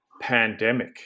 pandemic